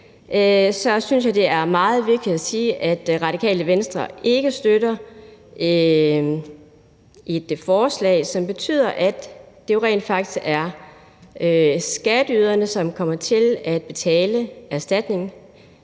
del synes jeg, det er meget vigtigt at sige, at Radikale Venstre ikke støtter et forslag, som betyder, at det jo rent faktisk er skatteyderne, som kommer til at betale erstatningen.